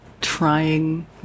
trying